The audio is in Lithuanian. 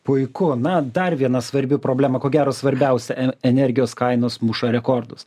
puiku na dar viena svarbi problema ko gero svarbiausia en energijos kainos muša rekordus